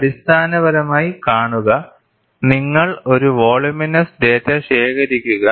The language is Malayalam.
അടിസ്ഥാനപരമായി കാണുക നിങ്ങൾ ഒരു വോളുമിനസ് ഡാറ്റ ശേഖരിക്കുക